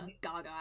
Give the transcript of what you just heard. Gaga